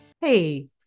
Hey